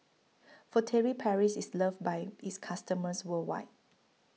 Furtere Paris IS loved By its customers worldwide